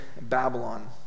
Babylon